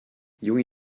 junge